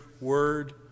word